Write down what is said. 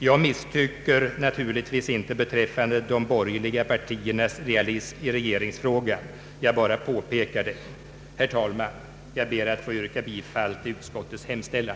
Jag misstycker naturligtvis inte beträffande de borgerliga partiernas realism i regeringsfrågan, jag bara påpekar den. Herr talman! Jag ber att få yrka bifall till utskottets hemställan.